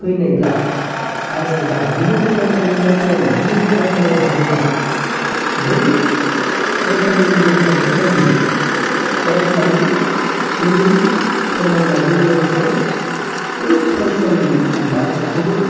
फैनायब्ला आरो एबा गुबुन फरायसालिनिफ्राय फैनानै गुबुन फरायसालियाव हाबनोब्ला बै फरायसालिनि नेमखान्थि बायदियै फरायसानि जोनोम फोरमानलाइजों लोगोसे बै फरायसालिनि मार्कसिटखौबो